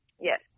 Yes